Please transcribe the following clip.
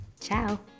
ciao